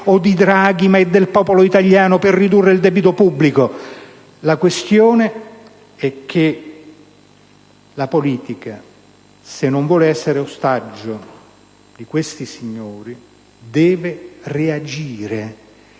o di Draghi ma è del popolo italiano, sempre per ridurre il debito pubblico. La questione è che la politica, se non vuole essere ostaggio di questi signori, deve reagire